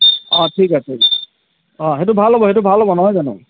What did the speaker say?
অঁ ঠিক আছে অঁ সেইটো ভাল হ'ব সেইটো ভাল হ'ব নহয় জানো